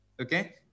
Okay